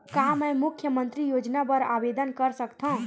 का मैं मुख्यमंतरी योजना बर आवेदन कर सकथव?